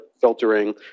filtering